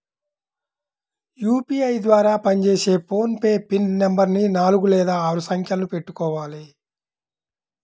UPI ద్వారా పనిచేసే PhonePe PIN నెంబరుని నాలుగు లేదా ఆరు సంఖ్యలను పెట్టుకోవాలి